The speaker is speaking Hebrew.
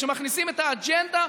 שמכניסים את האג'נדה,